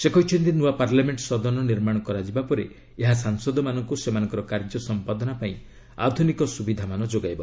ସେ କହିଛନ୍ତି ନୂଆ ପାର୍ଲାମେଣ୍ଟ ସଦନ ନିର୍ମାଣ ହୋଇଯିବା ପରେ ଏହା ସାଂସଦ ମାନଙ୍କୁ ସେମାନଙ୍କର କାର୍ଯ୍ୟ ସମ୍ପାଦନା ପାଇଁ ଆଧୁନିକ ସୁବିଧାମାନ ଯୋଗାଇବ